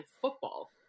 football